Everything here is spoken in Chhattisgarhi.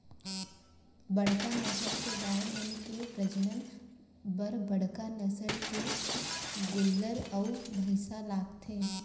बड़का नसल के गाय मन के प्रजनन बर बड़का नसल के गोल्लर अउ भईंसा लागथे